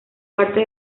parte